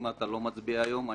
אם אתה לא מצביע היום,